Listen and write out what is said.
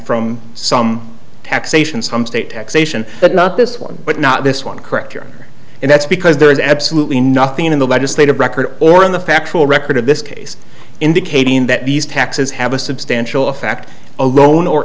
from some taxation some state taxation but not this one but not this one correct here and that's because there is absolutely nothing in the legislative record or in the factual record of this case indicating that these taxes have a substantial effect alone or